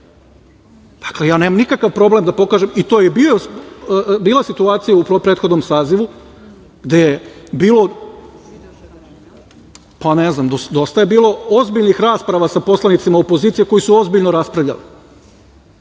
nikoga. Dakle, ja nemam nikakav problem da pokažem i to je i bila situacija u prethodnom sazivu gde je bilo, pa ne znam, dosta je bilo ozbiljnih rasprava sa poslanicima opozicije koji su ozbiljno raspravljali